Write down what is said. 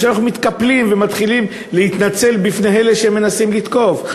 וישר אנחנו מתקפלים ומתחילים להתנצל בפני אלה שמנסים לתקוף.